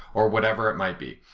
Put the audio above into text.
or whatever it might be.